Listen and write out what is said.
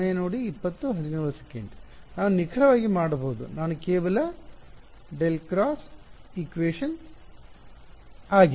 ನಾನು ನಿಖರವಾಗಿ ಮಾಡಬಹುದು ನಾನು ಕೇವಲ ಆಗಿದೆ